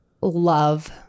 love